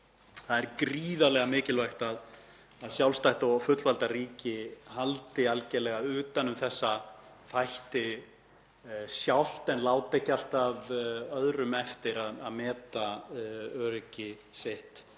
Það er gríðarlega mikilvægt að sjálfstætt og fullvalda ríki haldi algerlega utan um þessa þætti sjálft en láti ekki alltaf öðrum eftir að meta öryggi sitt